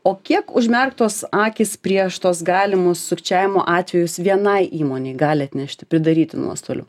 o kiek užmerktos akys prieš tuos galimus sukčiavimo atvejus vienai įmonei gali atnešti pridaryti nuostolių